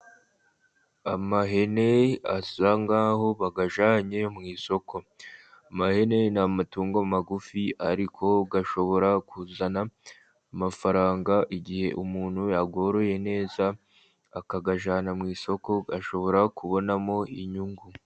Amahene asa nk'aho bayajyanye mu isoko, amahene ni amatungo magufi ariko ashobora kuzana amafaranga, igihe umuntu ayoroye neza akayajyana mu isoko, ashobora kubonamo inyungu.